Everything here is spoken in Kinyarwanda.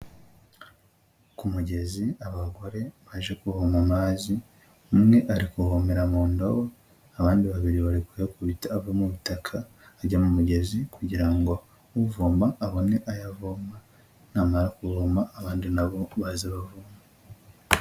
Ku mugezi abagore baje kuvoma amazi, umwe ari kuvomera mu ndabo, abandi babiri bari kuyakubita ava mu butaka ajya mu mugezi kugira ngo uvoma abone ayavoma namara kuvoma abandi na bo baze bavome.